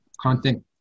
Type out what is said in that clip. content